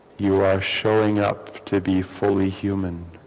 you are showing up to be fully human